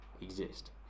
exist